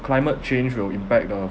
climate change will impact the